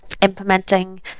implementing